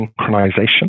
synchronization